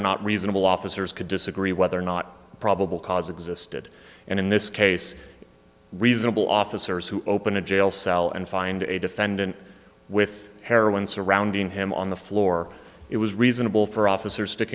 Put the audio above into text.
or not reasonable officers could disagree whether or not probable cause existed and in this case reasonable officers who open a jail cell and find a defendant with heroin surrounding him on the floor it was reasonable for officer